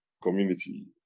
Community